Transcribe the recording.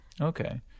okay